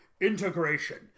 integration